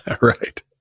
Right